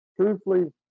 truthfully